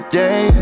day